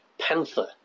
panther